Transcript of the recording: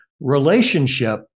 relationship